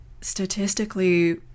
Statistically